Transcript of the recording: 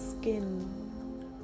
skin